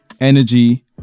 energy